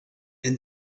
and